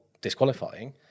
disqualifying